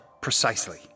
Precisely